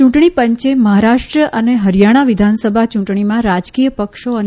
યૂંટણી પંચે મહારાષ્ટ્ર અને હરિયાણા વિધાનસભા ચૂંટણીમાં રાજકીય પક્ષો અને